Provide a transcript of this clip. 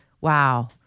wow